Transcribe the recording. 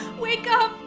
wake up!